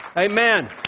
Amen